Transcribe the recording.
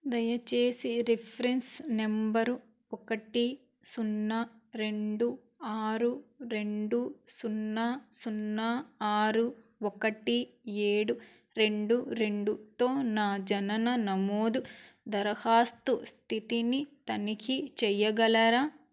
దయచేసి reference number ఒకటి సున్నా రెండు ఆరు రెండు సున్నా సున్నా ఆరు ఒకటి ఏడు రెండు రెండుతో నా జనన నమోదు దరఖాస్తు స్థితిని తనిఖీ చెయ్యగలరా